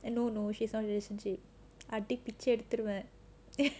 ah no no she's in a relationship அடிப்பிச்சு எடுத்துருவேன்:adippichu eduthuruvaen